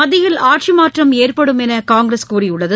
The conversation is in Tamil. மத்தியில் ஆட்சி மாற்றம் ஏற்படும் என்று காங்கிரஸ் கூறியுள்ளது